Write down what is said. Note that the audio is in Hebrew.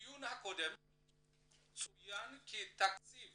בדיון הקודם צוין כי תקציב